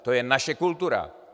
To je naše kultura.